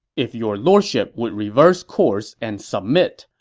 if your lordship would reverse course and submit,